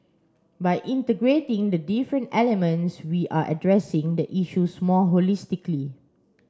by integrating the different elements we are addressing the issues more holistically